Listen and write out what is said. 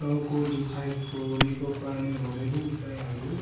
टाउको दुखाइको निको पार्ने घरेलु उपायहरू